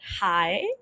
hi